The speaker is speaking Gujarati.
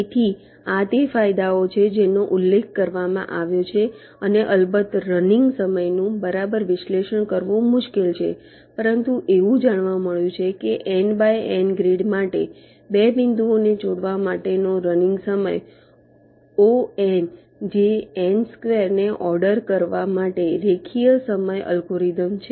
તેથી આ તે ફાયદાઓ છે જેનો ઉલ્લેખ કરવામાં આવ્યો છે અને અલબત્ત રનિંગ સમયનું બરાબર વિશ્લેષણ કરવું મુશ્કેલ છે પરંતુ એવું જાણવા મળ્યું છે કે N બાય N ગ્રીડ માટે 2 બિંદુઓને જોડવા માટેનો રનિંગ સમય Ο જે N સ્કવેર ને ઓર્ડર કરવા માટે રેખીય સમય અલ્ગોરિધમ છે